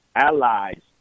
allies